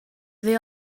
they